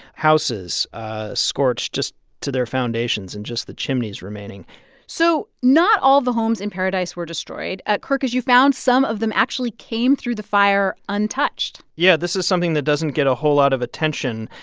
houses scorched just to their foundations and just the chimneys remaining so not all the homes in paradise were destroyed. kirk, as you found, some of them actually came through the fire untouched yeah. this is something that doesn't get a whole lot of attention,